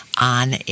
on